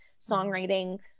Songwriting